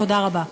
תודה רבה.